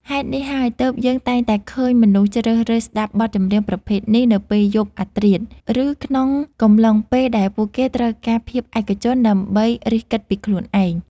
ហេតុនេះហើយ ទើបយើងតែងតែឃើញមនុស្សជ្រើសរើសស្ដាប់បទចម្រៀងប្រភេទនេះនៅពេលយប់អាធ្រាត្រ ឬក្នុងកំឡុងពេលដែលពួកគេត្រូវការភាពឯកជនដើម្បីរិះគិតពីខ្លួនឯង។